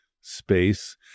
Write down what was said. space